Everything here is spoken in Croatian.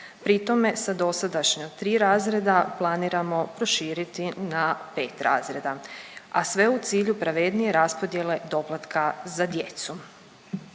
pri tome sa dosadašnja 3 razreda planiramo proširiti na 5 razreda, a sve u cilju pravednije raspodjele doplatka za djecu.